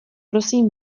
prosím